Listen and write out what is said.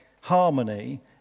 harmony